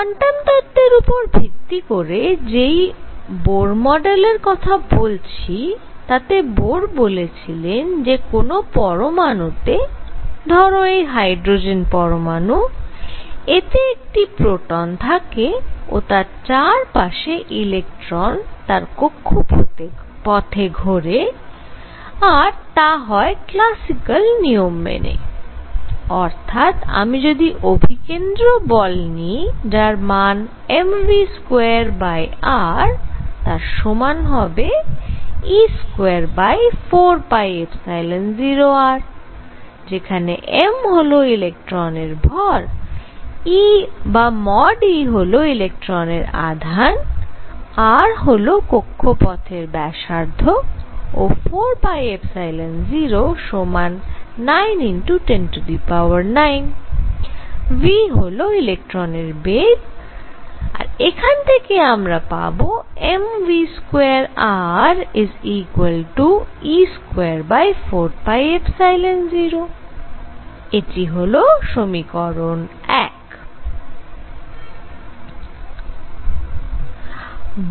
quantum তত্ত্বের উপর ভিত্তি করে যেই বোর মডেলের কথা বলছি তাতে বোর বলেছিলেন যে কোন পরমাণুতে ধরো এই হাইড্রোজেন পরমাণু এতে একটি প্রোটন থাকে ও তার চার পাশে ইলেক্ট্রন তার কক্ষপথে ঘোরে আর তা হয় ক্লাসিক্যাল নিয়ম মেনে অর্থাৎ আমি যদি অভিকেন্দ্র বল নিই যার মান mv2r তার সমান হবে e24π0r যেখানে m হল ইলেক্ট্রনের ভর e বা IeI হল ইলেক্ট্রনের আধান r হল কক্ষপথের ব্যাসার্ধ ও 4 0 সমান 9×109 v হল ইলেক্ট্রনের বেগ আর এখান থেকে আমরা পাবো mv2re24π0 এটি হল সমীকরণ 1